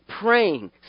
praying